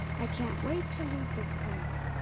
i can't wait to leave this place.